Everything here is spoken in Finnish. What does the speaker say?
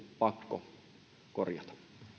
pakko korjata